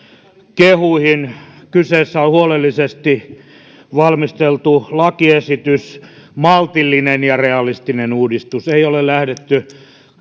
kehuihin kyseessä on huolellisesti valmisteltu lakiesitys maltillinen ja realistinen uudistus ei ole lähdetty